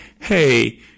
hey